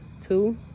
Two